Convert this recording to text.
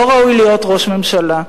לא ראוי להיות ראש ממשלה.